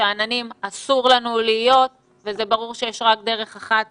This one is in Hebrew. שאננים אסור לנו להיות וזה ברור שיש רק דרך אחת